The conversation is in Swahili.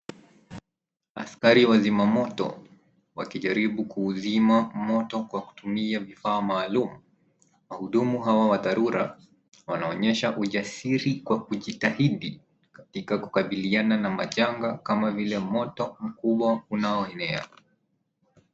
Askari wazima moto waliharibu kuzima moto kwa kutumia vifaa maalum. Wahudumu hawa wa dharura wanaonyesha ujasiri kwa kujitahidi katika kukabiliana na majanga kama vile moto mkuu unaoenea.